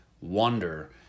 wonder